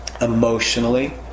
emotionally